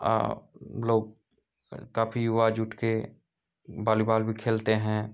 लोग काफ़ी युवा जुटकर वॉलीबॉल भी खेलते हैं